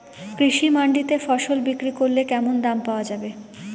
কৃষি মান্ডিতে ফসল বিক্রি করলে কেমন দাম পাওয়া যাবে?